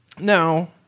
now